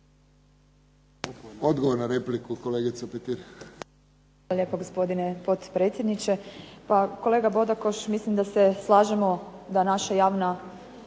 Odgovor na repliku, kolegica Petir.